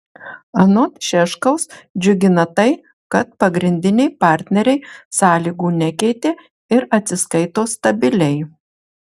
anot šiaškaus džiugina tai kad pagrindiniai partneriai sąlygų nekeitė ir atsiskaito stabiliai